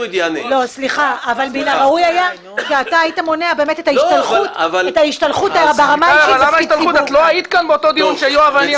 ואתה מאוד ביקשת שזו לא תהיה ברירת המחדל.